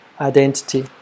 identity